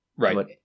Right